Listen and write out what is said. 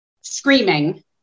screaming